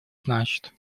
значит